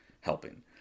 helping